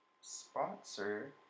Sponsor